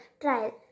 trial